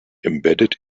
embedded